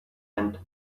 and